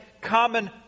common